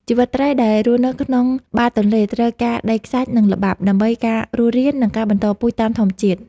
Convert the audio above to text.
ជីវិតត្រីដែលរស់នៅក្នុងបាតទន្លេត្រូវការដីខ្សាច់ និងល្បាប់ដើម្បីការរស់រាន និងការបន្តពូជតាមធម្មជាតិ។